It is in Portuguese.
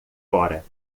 fora